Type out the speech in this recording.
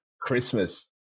Christmas